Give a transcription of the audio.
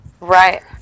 Right